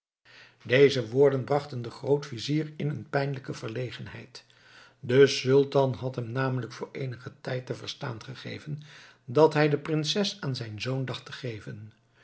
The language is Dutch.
deze woorden brachten den grootvizier in een pijnlijke verlegenheid de sultan had hem namelijk voor eenigen tijd te verstaan gegeven dat hij de prinses aan zijn zoon dacht te geven